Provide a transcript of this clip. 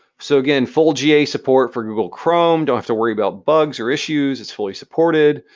so, again, full ga support for google chrome. don't have to worry about bugs or issues. it's fully supported.